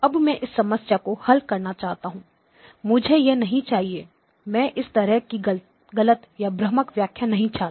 अब मैं इस समस्या को हल करना चाहता हूं मुझे यह नहीं चाहिए मैं इस तरह की गलत या भ्रामक व्याख्या नहीं चाहता